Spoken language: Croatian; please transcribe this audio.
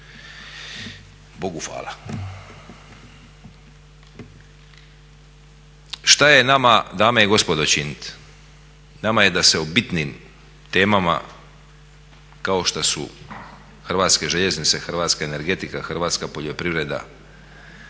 Bogu hvala. Šta je nama dame i gospodo činiti? Nama je da se o bitnim temama kao što su HŽ, hrvatska energetika, hrvatska poljoprivreda